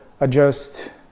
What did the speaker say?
adjust